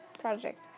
project